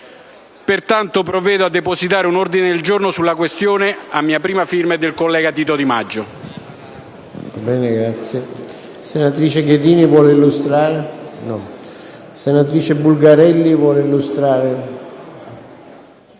Pertanto provvedo a depositare un ordine del giorno sulla questione, a firma mia e del collega Di Maggio.